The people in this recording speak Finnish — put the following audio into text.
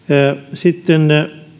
sitten